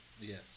Yes